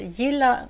gilla